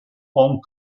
hong